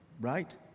right